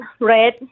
red